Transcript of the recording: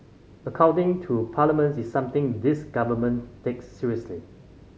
accounting to Parliament is something this Government takes seriously